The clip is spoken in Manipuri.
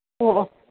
ꯑꯣ ꯑꯣ